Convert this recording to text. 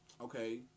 okay